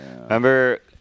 Remember